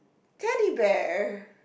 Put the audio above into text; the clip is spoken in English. Teddy Bear